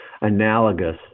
analogous